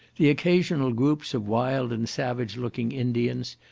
the occasional groups of wild and savage looking indians,